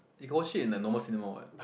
negotiate in the normal